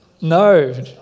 No